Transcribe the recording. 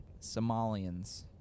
Somalians